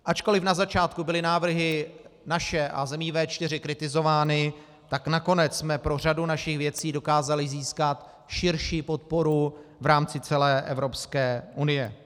Ačkoliv na začátku byly návrhy naše a zemí V4 kritizovány, tak nakonec jsme pro řadu našich věcí dokázali získat širší podporu v rámci celé Evropské unie.